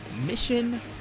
Mission